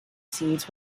seeds